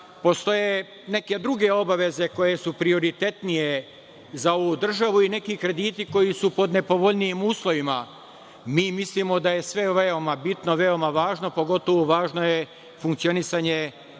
postoje neke druge obaveze koje su prioritetnije za ovu državu i neki krediti koji su pod nepovoljnijim uslovima. Mi mislimo da je sve veoma bitno, veoma važno, pogotovo važno je funkcionisanje